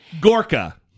Gorka